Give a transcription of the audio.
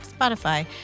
Spotify